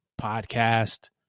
podcast